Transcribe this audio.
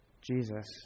Jesus